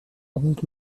old